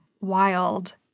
wild